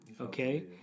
Okay